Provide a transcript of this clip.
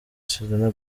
selena